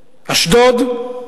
אשדוד,